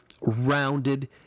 rounded